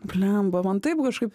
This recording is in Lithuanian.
bliamba man taip kažkaip